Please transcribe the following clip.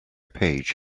page